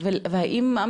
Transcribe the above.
למה אתה מתכוון ל'מתח'?